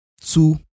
two